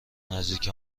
نزدیک